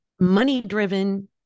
Money-driven